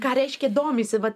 ką reiškia domisi vat